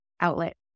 outlet